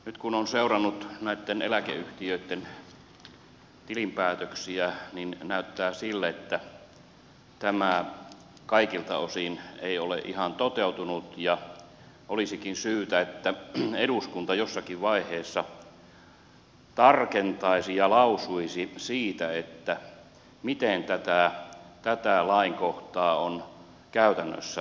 nyt kun on seurannut näitten eläkeyhtiöitten tilinpäätöksiä näyttää siltä että tämä kaikilta osin ei ole ihan toteutunut ja olisikin syytä että eduskunta jossakin vaiheessa tarkentaisi ja lausuisi siitä miten tätä lainkohtaa on käytännössä sovellettava